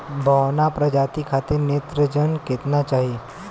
बौना प्रजाति खातिर नेत्रजन केतना चाही?